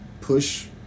Push